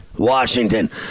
Washington